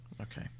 Okay